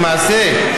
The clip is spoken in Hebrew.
למעשה,